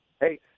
Hey